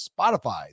Spotify